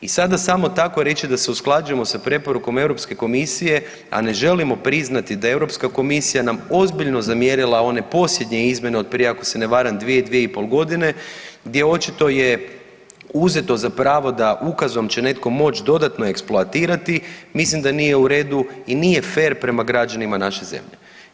I sada samo tako reći da se usklađujemo s preporukom Europske komisije, a ne želimo priznati da je Europska komisija nam ozbiljno zamjerila one posljednje izmjene od prije ako se ne varam 2-2,5 gdje očito je uzeto za pravo da ukazom će netko moći dodatno eksploatirati mislim da nije u redu i nije fer prema građanima naše zemlje.